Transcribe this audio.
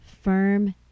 firm